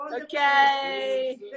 Okay